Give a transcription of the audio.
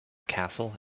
castle